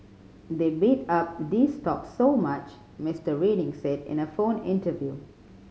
they bid up these stocks so much Mister Reading said in a phone interview